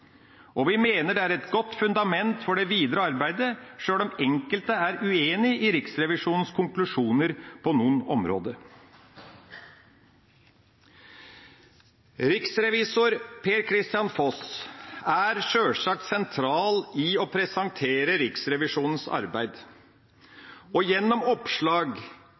beredskapsdepartementet. Vi mener det er et godt fundament for det videre arbeidet, sjøl om enkelte er uenig i Riksrevisjonens konklusjoner på noen områder. Riksrevisor Per-Kristian Foss er sjølsagt sentral i å presentere Riksrevisjonens arbeid. Gjennom oppslag